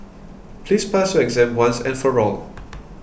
please pass your exam once and for all